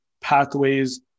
pathways